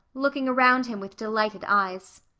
looking around him with delighted eyes.